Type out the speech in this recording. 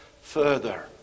further